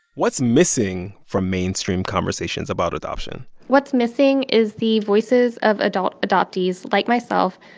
what's missing from mainstream conversations about adoption? what's missing is the voices of adult adoptees, like myself,